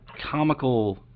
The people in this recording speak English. comical